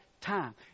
time